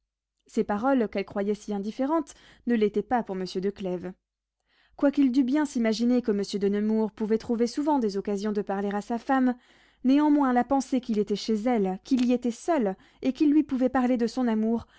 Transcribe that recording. ces paroles qu'elles croyaient si indifférentes ne l'étaient pas pour monsieur de clèves quoiqu'il dût bien s'imaginer que monsieur de nemours pouvait trouver souvent des occasions de parler à sa femme néanmoins la pensée qu'il était chez elle qu'il y était seul et qu'il lui pouvait parler de son amour